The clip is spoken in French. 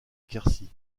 quercy